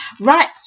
Right